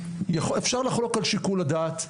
אפשר לחלוק על שיקול הדעת.